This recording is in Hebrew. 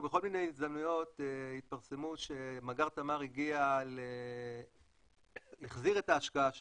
בכל מיני הזדמנויות התפרסם שמאגר תמר החזיר את ההשקעה שלו,